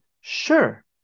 sure